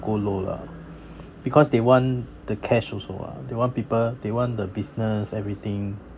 go low lah because they want the cash also ah they want people they want the business everything